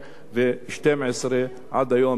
עד היום,